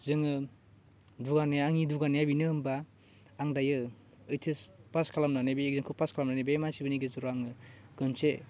जोङो दुगानाया आंनि दुगानाया बिनो होनबा आं दायो ओइचएस पास खालामनानै बे एक्जामखौ पास खालामनानै बे मानसिफोरनि गेजेराव आङो खोनसे